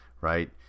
Right